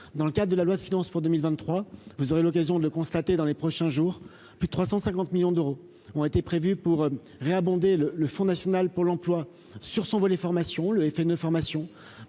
dans le cadre de la loi de finances pour 2023, vous aurez l'occasion de le constater dans les prochains jours, plus de 350 millions d'euros ont été prévus pour réabonder le le Front national pour l'emploi, sur son volet formation le FN fait